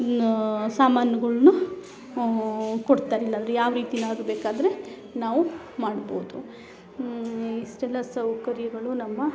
ಇನ್ನೂ ಸಾಮಾನುಗಳ್ನು ಕೊಡ್ತಾರ್ ಇಲ್ಲಂದ್ರೆ ಯಾವ ರೀತಿನಾದ್ರು ಬೇಕಾದರೆ ನಾವು ಮಾಡ್ಬೋದು ಇಷ್ಟೆಲ್ಲ ಸೌಕರ್ಯಗಳು ನಮ್ಮ